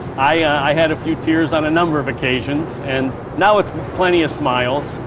i had a few tears on a number of occasions. and now it's plenty of smiles,